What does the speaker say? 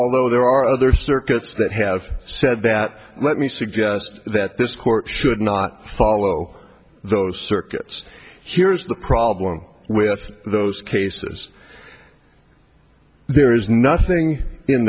although there are other circuits that have said that let me suggest that this court should not follow those circuits here's the problem with those cases there is nothing in